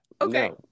Okay